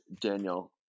Daniel